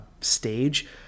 stage